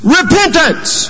repentance